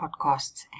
podcasts